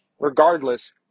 Regardless